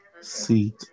seat